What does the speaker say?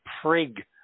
prig